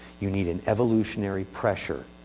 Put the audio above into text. you need an evolutionary pressure.